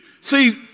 See